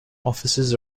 offices